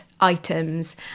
items